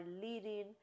leading